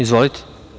Izvolite.